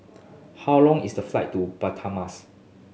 how long is the flight to Budapest